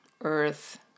earth